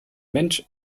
mensch